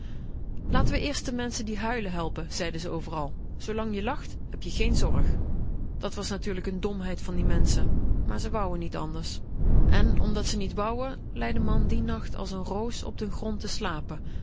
laten we eerst de menschen die huilen helpen zeien ze overal zoolang je lacht heb je geen zorg dat was natuurlijk n domheid van die menschen maar ze wonen niet anders en omdat ze niet wouen lei de man dien nacht als n roos op den grond te slapen